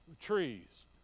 trees